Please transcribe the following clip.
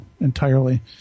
entirely